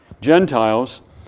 Gentiles